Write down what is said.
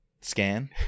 scan